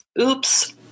oops